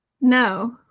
No